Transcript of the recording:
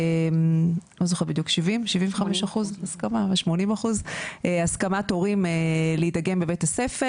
לא זוכרת בדיוק 70%-80% הסכמת הורים להידגם בבית הספר.